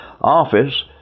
office